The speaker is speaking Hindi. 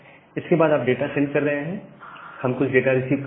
इसके बाद आप डाटा सेंड कर रहे हैं और हम कुछ डाटा रिसीव कर रहे हैं